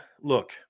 look